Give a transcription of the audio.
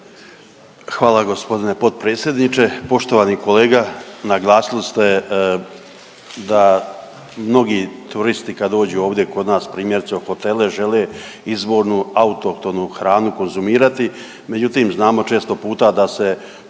Hvala g. potpredsjedniče. Poštovani kolega, naglasili ste da mnogi turisti kad dođu ovdje kod nas, primjerice u hotele žele izvornu autohtonu hranu konzumirati, međutim znamo često puta da se poda